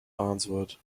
answered